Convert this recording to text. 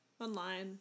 Online